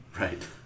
Right